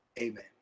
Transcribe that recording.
amen